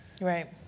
Right